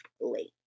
late